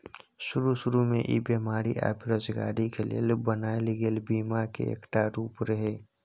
शरू शुरू में ई बेमारी आ बेरोजगारी के लेल बनायल गेल बीमा के एकटा रूप रिहे